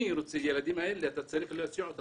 הילדים האלה, אתה צריך להסיע אותם.